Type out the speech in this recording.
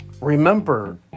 remember